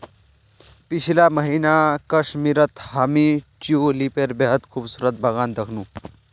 पीछला महीना कश्मीरत हामी ट्यूलिपेर बेहद खूबसूरत बगान दखनू